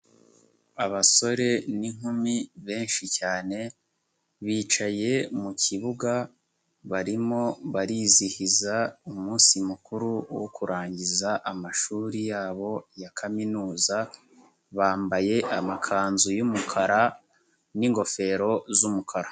Abasore n'inkumi benshi cyane bicaye mu kibuga, barimo barizihiza umunsi mukuru wo kurangiza amashuri yabo ya kaminuza, bambaye amakanzu y'umukara n'ingofero z'umukara.